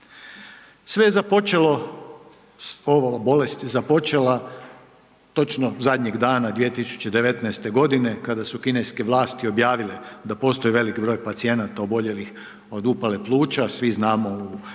Sve je započelo s ovom bolesti, započela točno zadnjeg dana 2019. g. kada su kineske vlasti objavile da postoji velik broj pacijenata oboljelih od upale pluća, svi znamo u